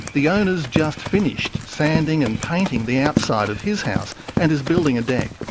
the owner's just finished sanding and painting the outside of his house and is building a deck.